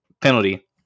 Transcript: penalty